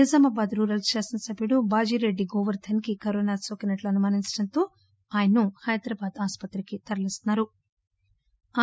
Nizamabad rural శాసన సభ్యుడు బాజిరెడ్డి గోవర్గన్ రెడ్డి కి కరోనా నోకినట్లు అనుమానించడంతో ఆయనను హైదరాబాద్ ఆసుపత్రికి తరలీస్తున్నా రు